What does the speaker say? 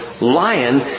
lion